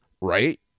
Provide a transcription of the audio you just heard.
right